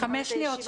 חמש שניות,